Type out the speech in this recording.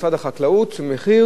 המחיר הסיטוני,